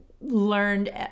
learned